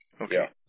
Okay